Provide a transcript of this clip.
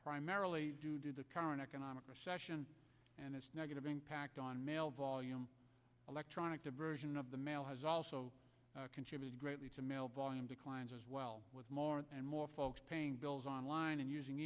primarily due to the current economic recession and its negative impact on mail volume electronic diversion of the mail has also contributed greatly to mail volume declines as well with more and more folks paying bills online and using